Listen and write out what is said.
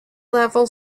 level